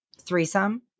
threesome